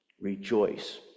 rejoice